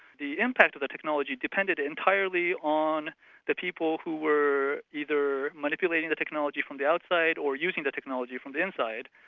the impact of the technology depended entirely on the people who were either manipulating the technology from the outside, or using the technology from the inside.